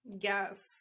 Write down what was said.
Yes